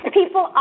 People